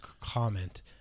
comment